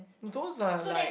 those are like